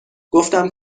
گفتم